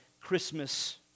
Christmas